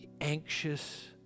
anxious